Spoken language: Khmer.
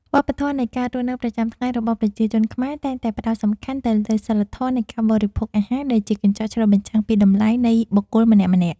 វប្បធម៌នៃការរស់នៅប្រចាំថ្ងៃរបស់ប្រជាជនខ្មែរតែងតែផ្ដោតសំខាន់ទៅលើសីលធម៌នៃការបរិភោគអាហារដែលជាកញ្ចក់ឆ្លុះបញ្ចាំងពីតម្លៃនៃបុគ្គលម្នាក់ៗ។